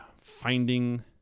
finding